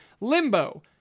limbo